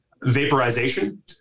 vaporization